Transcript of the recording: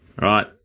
right